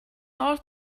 all